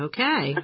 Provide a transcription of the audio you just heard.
Okay